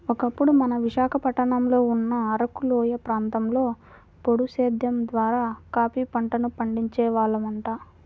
ఒకప్పుడు మన విశాఖపట్నంలో ఉన్న అరకులోయ ప్రాంతంలో పోడు సేద్దెం ద్వారా కాపీ పంటను పండించే వాళ్లంట